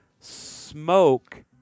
smoke